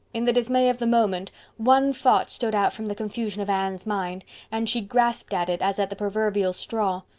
in the dismay of the moment one thought stood out from the confusion of anne's mind and she grasped at it as at the proverbial straw.